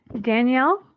Danielle